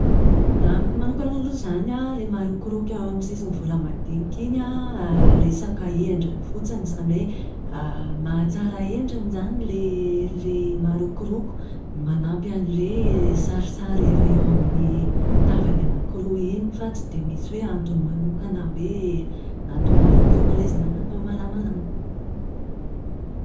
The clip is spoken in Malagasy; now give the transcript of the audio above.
Raha amiko aloha izany an, ilay marokoroko eo amin'ny sisin'ny vola madinika iny an, resaka endriny fotsiny. Izany hoe mahatsara endriny izany ilay ilay marokoroko. Manampy an'ilay sarisary efa eo amin'ny tavany anaky roa iny fa tsy dia misy hoe antony manokana hoe natao marokoroko ilay izy na natao malamalama.